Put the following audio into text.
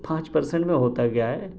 پانچ پرسینٹ میں ہوتا کیا ہے